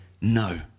no